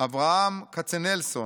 אברהם קצנלסון,